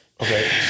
Okay